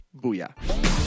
Booyah